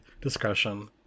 discussion